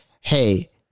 hey